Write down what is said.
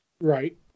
Right